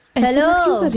hello!